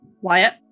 Wyatt